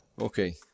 okay